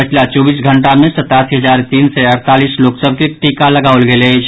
पछिला चौबीस घंटा मे सतासी हजार तीन सय अड़तालीस लोक सभ के टीका लगाओल गेल अछि